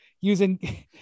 using